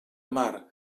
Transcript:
mar